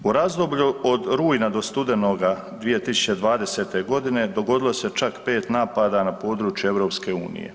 U razdoblju od rujna do studenoga 2020. g. dogodilo se čak 5 napada na području EU.